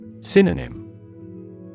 Synonym